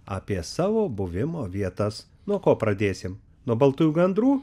apie savo buvimo vietas nuo ko pradėsim nuo baltųjų gandrų